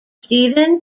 stephen